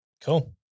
Cool